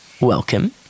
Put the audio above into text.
welcome